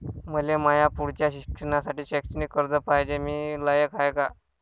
मले माया पुढच्या शिक्षणासाठी शैक्षणिक कर्ज पायजे, मी लायक हाय का?